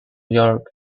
york